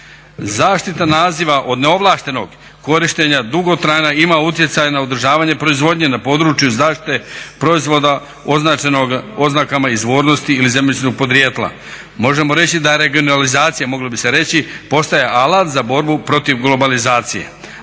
Zaštita naziva od neovlaštenog korištenja dugotrajno ima utjecaj na održavanje proizvodnje na području zaštite proizvoda označenog oznakama izvornosti ili zemljopisnog podrijetla. Možemo reći da regionalizacija moglo bi se reći postaje alat za borbu protiv globalizacije,